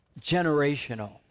generational